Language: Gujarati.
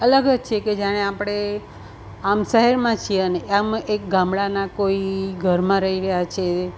અલગ જ છે કે જાણે આપણે આમ શહેરમાં છીએ અને આમ એક ગામડાના કોઈ ઘરમાં રહી રહ્યા છે